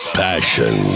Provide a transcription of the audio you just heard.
passion